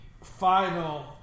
final